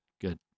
Good